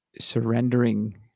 surrendering